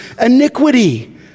iniquity